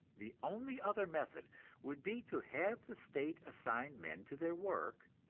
the only other method would be to have the state assign men to their work,